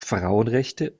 frauenrechte